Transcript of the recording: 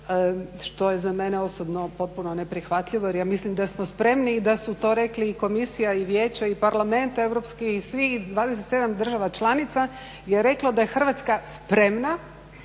Što je za mene osobno potpuno neprihvatljivo jer ja mislim da smo spremni i da su to rekli i komisija i vijeće i Parlament Europski i svih 27 država članica je reklo da je Hrvatska spreman